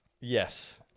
Yes